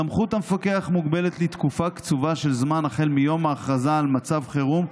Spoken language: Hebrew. סמכות המפקח מוגבלת לתקופה קצובה החל מיום ההכרזה על מצב חירום.